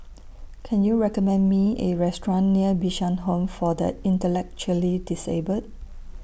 Can YOU recommend Me A Restaurant near Bishan Home For The Intellectually Disabled